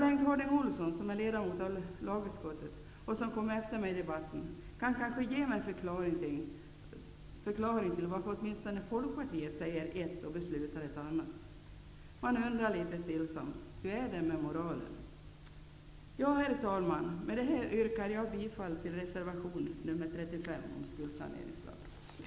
Bengt Harding Olson, som är ledamot av lagutskottet och som kommer efter mig i debatten, kan kanske ge mig en förklaring åtminstone till varför Folkpartiet säger ett och beslutar ett annat. Man undrar litet stillsamt: Hur är det med moralen? Herr talman! Med det här yrkar jag bifall till reservation nr 35 om skuldsaneringslag.